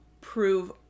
prove